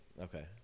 Okay